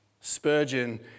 Spurgeon